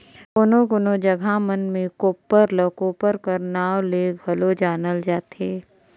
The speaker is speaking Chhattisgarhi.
कोनो कोनो जगहा मन मे कोप्पर ल कोपर कर नाव ले घलो जानल जाथे